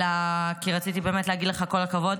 אלא כי רציתי להגיד לך באמת כל הכבוד.